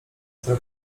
która